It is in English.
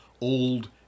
old